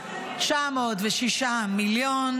906 מיליון